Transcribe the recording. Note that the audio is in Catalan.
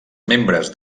membres